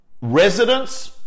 residents